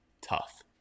tough